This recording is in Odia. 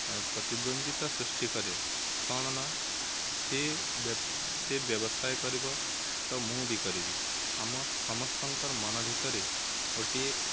ପ୍ରତିଦ୍ୱନ୍ଦିତା ସୃଷ୍ଟି କରେ କ'ଣ ନା ସେ ସେ ବ୍ୟବସାୟ କରିବ ତ ମୁଁ ବି କରିବି ଆମ ସମସ୍ତଙ୍କର ମନ ଭିତରେ ଗୋଟିଏ